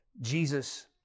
Jesus